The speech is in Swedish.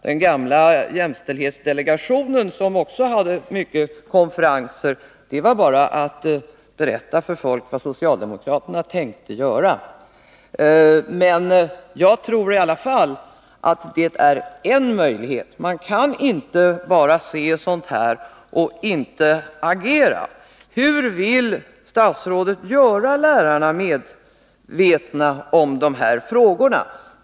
Den gamla jämställdhetsdelegationen, som anordnade många konferenser, använde dem för att berätta för folk vad socialdemokraterna tänkte göra. Jag tror i alla fall att konferenser är en möjlighet. Man kan inte bara se sådant här utan att agera. Hur vill statsrådet göra lärarna medvetna om dessa frågor?